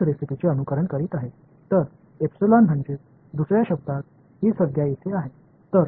तर म्हणजेच दुसऱ्या शब्दांत ही संज्ञा इथे आहे तर